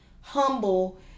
humble